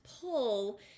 pull